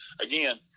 again—